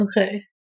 Okay